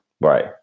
right